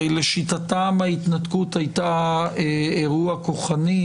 הרי לשיטתם ההתנתקות הייתה אירוע כוחני,